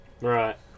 right